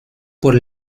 por